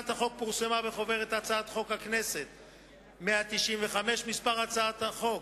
הצעת החוק פורסמה בחוברת הצעות חוק הכנסת 195. מספר הצעת החוק: